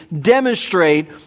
demonstrate